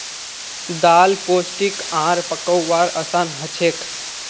दाल पोष्टिक आर पकव्वार असान हछेक